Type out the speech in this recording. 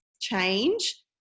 change